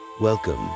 Welcome